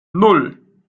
nan